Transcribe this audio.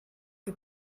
que